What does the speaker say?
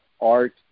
art